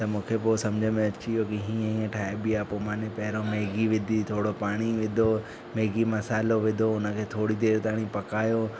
त मूंखे पोइ सम्झि में अची वियो कि हीअं हीअं ठाहे बि आहे पोइ मां न पहिरों मैगी विधी पोइ पाणी विधो मैगी मसाल्हो विधो उन खे थोरी देरि ताईं पकायो